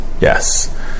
Yes